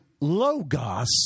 Logos